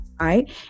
right